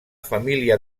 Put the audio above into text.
família